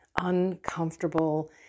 uncomfortable